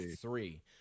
three